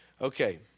Okay